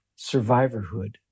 survivorhood